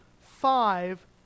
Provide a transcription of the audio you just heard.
five